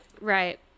Right